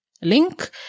link